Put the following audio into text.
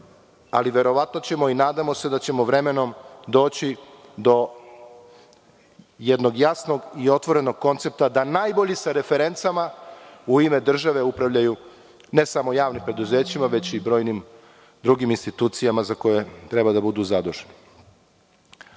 ali verovatno ćemo i nadamo se da ćemo vremenom doći do jednog jasnog i otvorenog koncepta, da najbolji sa referencama u ime države upravljaju ne samo javnim preduzećima, već i brojnim drugim institucijama za koje treba da budu zaduženi. Mislim